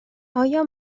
آیا